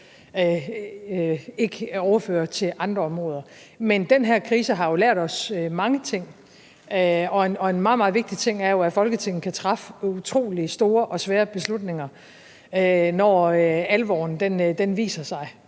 ikke overføre til andre områder. Men den her krise har lært os mange ting, og en meget, meget vigtig ting er jo, at Folketinget kan træffe utrolig store og svære beslutninger, når alvoren viser sig,